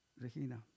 Regina